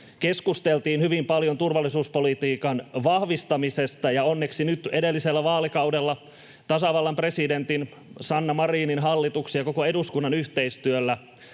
keskusteltiin hyvin paljon turvallisuuspolitiikan vahvistamisesta, ja onneksi nyt edellisellä vaalikaudella tasavallan presidentin, Sanna Marinin hallituksen ja koko eduskunnan yhteistyöllä